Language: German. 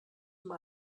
mal